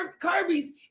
Kirby's